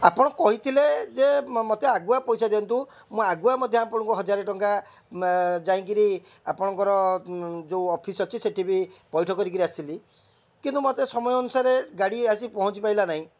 ଆପଣ କହିଥିଲେ ଯେ ମୋତେ ଆଗୁଆ ପଇସା ଦିଅନ୍ତୁ ମୁଁ ଆଗୁଆ ମଧ୍ୟ ଆପଣଙ୍କୁ ହଜାର ଟଙ୍କା ଯାଇ କରି ଆପଣଙ୍କର ଯେଉଁ ଅଫିସ୍ ଅଛି ସେଠି ବି ପଇଠ କରି କରି ଆସିଲି କିନ୍ତୁ ମୋତେ ସମୟ ଅନୁସାରେ ଗାଡ଼ି ଆସି ପହଞ୍ଚି ପାଇଲା ନାହିଁ